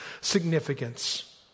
significance